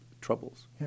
troubles